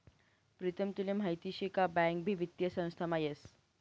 प्रीतम तुले माहीत शे का बँक भी वित्तीय संस्थामा येस